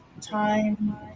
time